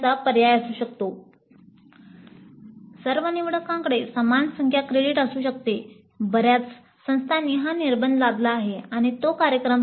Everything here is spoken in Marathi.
याचा अर्थ असा की कोणत्याही वैकल्पिक अभ्यासक्रमांसह कोणतीही एकात्मिक प्रयोगशाळेची आपल्याला परवानगी नाही